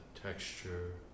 texture